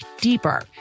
deeper